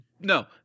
No